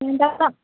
manager ᱥᱟᱯ